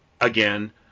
again